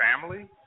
family